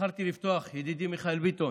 בחרתי לפתוח ידידי מיכאל ביטון,